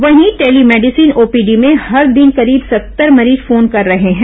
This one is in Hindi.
वहीं टेली मेडिसीन ओपीडी में हर दिन करीब सत्तर मरीज फोन कर रहे हैं